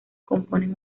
componen